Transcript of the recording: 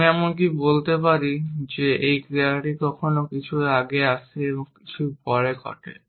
আমি এমনকি বলতে পারি যে এই ক্রিয়াটি কোনও কিছুর আগে আসে এবং কিছুর পরে ঘটে